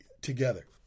together